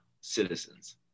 citizens